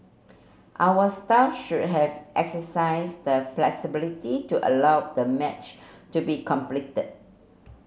our staff should have exercised the flexibility to allow the match to be completed